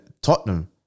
Tottenham